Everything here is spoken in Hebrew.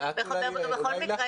אולי לך